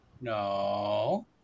No